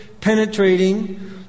penetrating